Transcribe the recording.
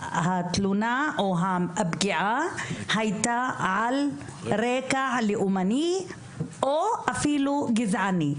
שהתלונה או הפגיעה הייתה על רקע לאומני או אפילו גזעני.